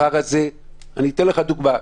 אני אתן לך דוגמה.